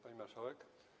Pani Marszałek!